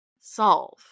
Solve